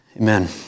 Amen